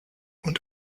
und